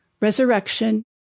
resurrection